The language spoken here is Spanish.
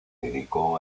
dedicó